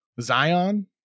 Zion